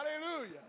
Hallelujah